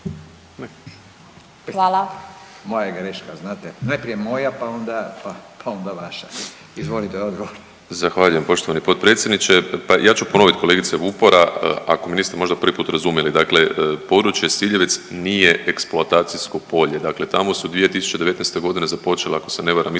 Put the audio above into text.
Moja je greška znate, najprije moja pa onda, onda vaša. Izvolite odgovor. **Habijan, Damir (HDZ)** Zahvaljujem poštovani potpredsjedniče. Pa ću ponovit kolegice Vupora ako me niste možda prvi put razumjeli. Dakle, područje Siljevec nije eksploatacijsko polje. Dakle, tamo su 2019. godine započele ako se ne varam